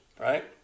right